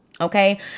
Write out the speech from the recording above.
Okay